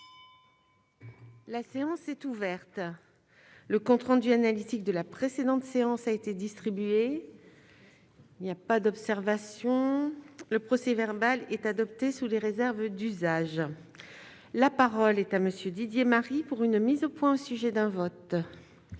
La séance est ouverte, le compte rendu analytique de la précédente séance a été distribué. Il n'y a pas d'observation, le procès verbal est adopté sous les réserves d'usage, la parole est à monsieur Didier Marie, pour une mise au point au sujet d'un vote.